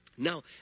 Now